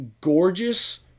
gorgeous